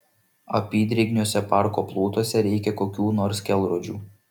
apydrėgniuose parko plotuose reikia kokių nors kelrodžių